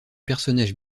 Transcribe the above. personnage